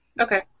Okay